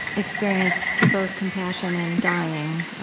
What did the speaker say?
experience to both compassion and dying.